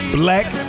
black